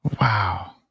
Wow